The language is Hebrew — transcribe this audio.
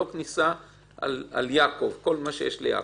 לא כניסה על כל מה שיש ליעקב.